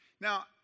Now